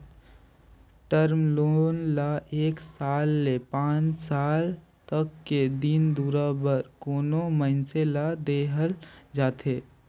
term loan ल एक साल ले पांच साल तक के दिन दुरा बर कोनो मइनसे ल देहल जाथे